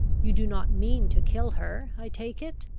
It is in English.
you do not mean to kill her, i take it.